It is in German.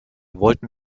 wollten